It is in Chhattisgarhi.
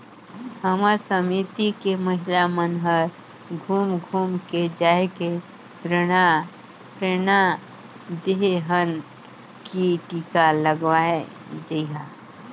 हमर समिति के महिला मन हर घुम घुम के जायके प्रेरना देहे हन की टीका लगवाये जइहा